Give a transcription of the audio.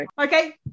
Okay